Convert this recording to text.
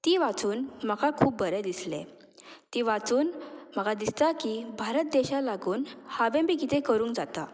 ती वाचून म्हाका खूब बरें दिसलें ती वाचून म्हाका दिसता की भारत देशा लागून हांवें बी कितें करूंक जाता